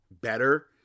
better